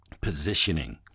positioning